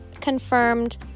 confirmed